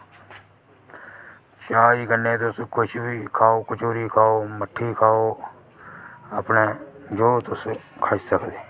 चाह् कन्नै तुस किश बी खाओ कचौरी खाओ मट्ठी खाओ अपने जो तुस खाई सकदे